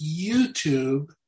YouTube